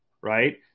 right